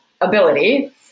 ability